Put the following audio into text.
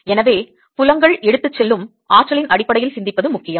எனவே புலங்கள் எடுத்துச் செல்லும் ஆற்றலின் அடிப்படையில் சிந்திப்பது முக்கியம்